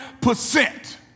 percent